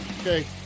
Okay